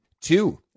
Two